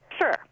sure